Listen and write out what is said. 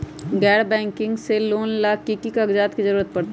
गैर बैंकिंग से लोन ला की की कागज के जरूरत पड़तै?